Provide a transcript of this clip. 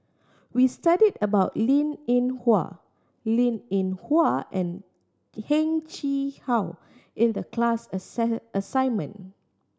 we studied about Linn In Hua Linn In Hua and Heng Chee How in the class assignment